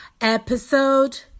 Episode